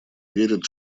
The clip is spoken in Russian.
верит